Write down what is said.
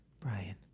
Brian